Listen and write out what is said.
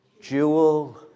jewel